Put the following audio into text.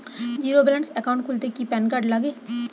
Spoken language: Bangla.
জীরো ব্যালেন্স একাউন্ট খুলতে কি প্যান কার্ড লাগে?